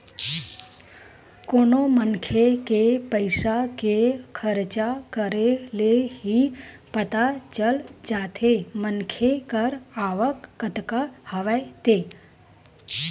कोनो मनखे के पइसा के खरचा करे ले ही पता चल जाथे मनखे कर आवक कतका हवय ते